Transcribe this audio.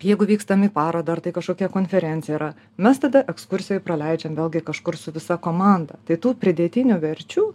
jeigu vykstam į parodą ar tai kažkokia konferencija yra mes tada ekskursijoj praleidžiam vėlgi kažkur su visa komanda tai tų pridėtinių verčių